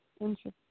Interesting